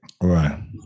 Right